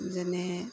যেনে